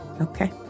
okay